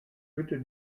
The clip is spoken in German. bitte